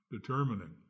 determining